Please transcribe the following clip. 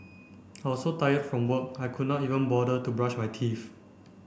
I was so tired from work I could not even bother to brush my teeth